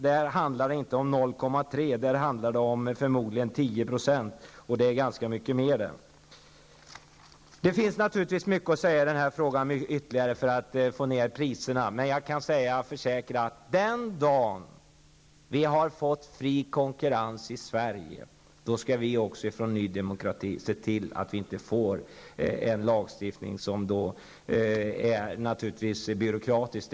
Det handlar då inte om 0,3 % utan förmodligen om 10 %, och det är ganska mycket mera. Det finns naturligtvis mycket ytterligare att säga om hur man skall få ned priserna. Jag kan försäkra att den dag vi har fått fri konkurrens i Sverige skall vi från Ny Demokrati se till att vi inte har en lagstiftning som är byråkratisk.